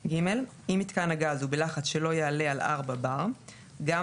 (ג) אם מתקן הגז הוא בלחץ שלא יעלה על 4 בר (bar) - גם